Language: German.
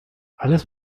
alles